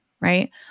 right